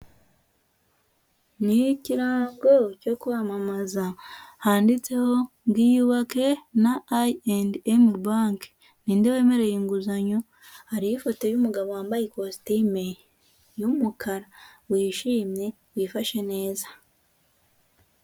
Ni ikirango cyo kwamamaza handitseho ngo iyubake na ayi endemu banke ninde wemerewe inguzanyo, hariho ifoto y'umugabo wambaye ikositime y'umukara, wishimye wifashe neza.